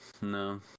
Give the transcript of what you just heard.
No